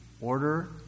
order